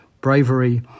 bravery